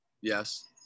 Yes